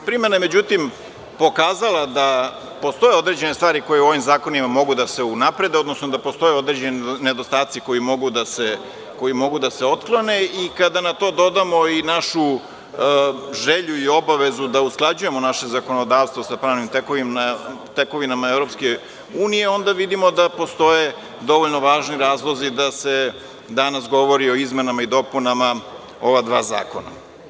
Međutim, primena je pokazala da postoje određene stvari koje u ovim zakonima mogu da se unaprede, odnosno da postoje određeni nedostaci koji mogu da se otklone i kada na to dodamo i našu želju i obavezu da usklađujemo naše zakonodavstvo sa pravnim tekovinama EU, onda vidimo da postoje dovoljno važni razlozi da se danas govori o izmenama i dopunama ova dva zakona.